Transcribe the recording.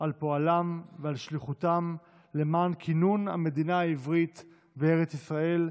על פועלם ועל שליחותם למען כינון המדינה העברית בארץ ישראל,